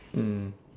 mm